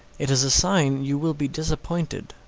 it is a sign you will be disappointed.